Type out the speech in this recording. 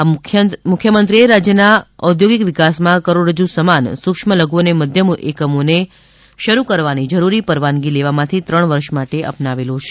આ મુખ્યમંત્રીએ રાજ્યના ઉધોગીક વિકાસમાં કરોફરજજુ સમાન સૂક્ષ્મ લધુ અને મધ્યમ એકમોને ઉધોગ શરૂ કરવાની જરૂરી પરવાનગી લેવામાંથી ત્રણ વર્ષમા માટે અપનાવેલો છે